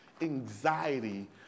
anxiety